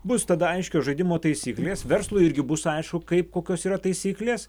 bus tada aiškios žaidimo taisyklės verslui irgi bus aišku kaip kokios yra taisyklės